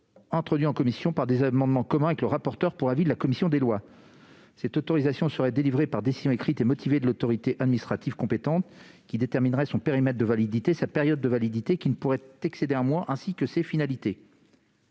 introduit en commission par des amendements communs avec le rapporteur pour avis de la commission des lois. Cette autorisation serait délivrée par décision écrite et motivée de l'autorité administrative compétente, qui déterminerait son périmètre et sa période de validité, qui ne pourrait excéder un mois, ainsi que ses finalités.